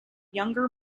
younger